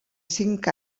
cinc